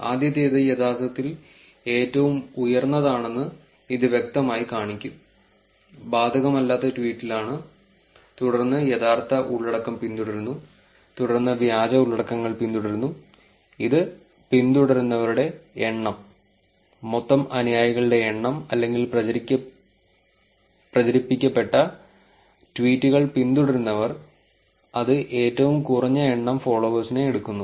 ആദ്യത്തേത് യഥാർത്ഥത്തിൽ ഏറ്റവും ഉയർന്നതാണെന്ന് ഇത് വ്യക്തമായി കാണിക്കും ബാധകമല്ലാത്ത ട്വീറ്റിലാണ് തുടർന്ന് യഥാർത്ഥ ഉള്ളടക്കം പിന്തുടരുന്നു തുടർന്ന് വ്യാജ ഉള്ളടക്കങ്ങൾ പിന്തുടരുന്നു ഇത് പിന്തുടരുന്നവരുടെ എണ്ണം മൊത്തം അനുയായികളുടെ എണ്ണം അല്ലെങ്കിൽ പ്രചരിപ്പിക്കപ്പെട്ട ട്വീറ്റുകൾ പിന്തുടരുന്നവർ അത് ഏറ്റവും കുറഞ്ഞ എണ്ണം ഫോളോവേഴ്സിനെ എടുക്കുന്നു